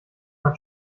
man